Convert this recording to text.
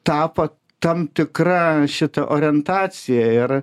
tapo tam tikra šita orientacija ir